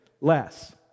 less